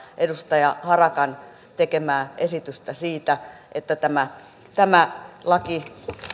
edustaja harakan tekemää esitystä siitä että tämä tämä laki